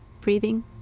breathing